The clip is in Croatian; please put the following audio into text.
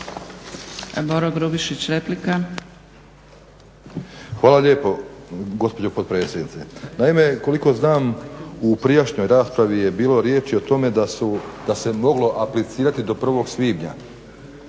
Hvala lijepo gospođo potpredsjednice. Naime, koliko znam u prijašnjoj raspravi je bilo riječi o tome da se moglo aplicirati do 1. svibnja